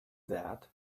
that